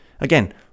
Again